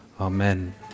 amen